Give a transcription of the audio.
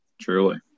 truly